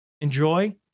enjoy